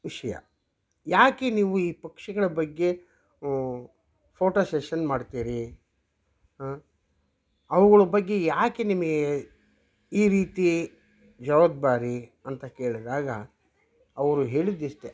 ವಿಷಯ ಯಾಕೆ ನೀವು ಈ ಪಕ್ಷಿಗಳ ಬಗ್ಗೆ ಫೋಟೋ ಷೆಷನ್ ಮಾಡ್ತೀರಿ ಅವುಗಳ ಬಗ್ಗೆ ಯಾಕೆ ನಿಮಗೆ ಈ ರೀತಿ ಜವಾಬ್ದಾರಿ ಅಂತ ಕೇಳಿದಾಗ ಅವರು ಹೇಳಿದ್ದಿಷ್ಟೇ